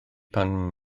pan